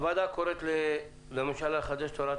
הוועדה קוראת לממשלה לחדש את הוראת